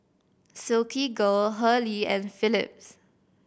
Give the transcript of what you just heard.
Silkygirl Hurley and Phillips